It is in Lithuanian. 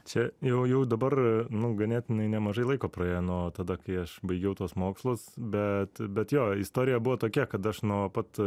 čia jau jau dabar nu ganėtinai nemažai laiko praėjo nuo tada kai aš baigiau tuos mokslus bet bet jo istorija buvo tokia kad aš nuo pat